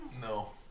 No